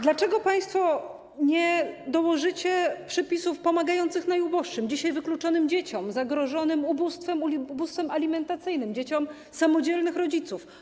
Dlaczego państwo nie dołożycie przepisów pomagających najuboższym, dzisiaj wykluczonym dzieciom, zagrożonym ubóstwem, ubóstwem alimentacyjnym, dzieciom samodzielnych rodziców?